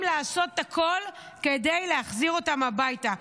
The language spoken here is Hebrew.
לעשות הכול כדי להחזיר אותם הביתה.